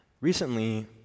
Recently